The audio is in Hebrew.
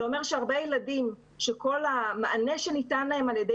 זה אומר שהרבה ילדים שכל המענה שניתן להם על ידי